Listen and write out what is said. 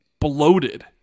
bloated